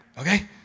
Okay